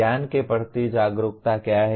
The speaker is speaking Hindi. ज्ञान के प्रति जागरूकता क्या है